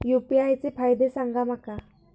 UPI चे फायदे सांगा माका?